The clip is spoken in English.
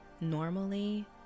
normally